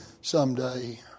someday